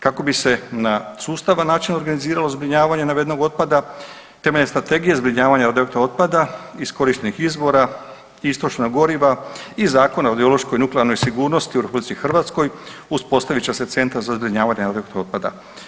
Kako bi se na sustavan način organiziralo zbrinjavanje navedenog otpada temeljem Strategije zbrinjavanja radioaktivnog otpada, iskorištenih izvora i istrošenog goriva i Zakona o radiološkoj i nuklearnoj sigurnosti u RH uspostavit će se centar za zbrinjavanje radioaktivnog otpada.